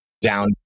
down